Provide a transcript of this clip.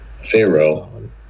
Pharaoh